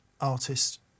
artist